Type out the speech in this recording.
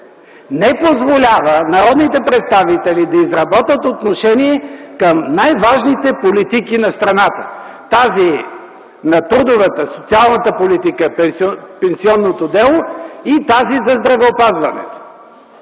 не позволява народните представители да изработват отношение към най-важните политики на страната – тази на трудовата, социалната политика, пенсионното дело и тази за здравеопазването.